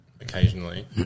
occasionally